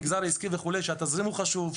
המגזר העסקי וכולי שהתזרים הוא חשוב,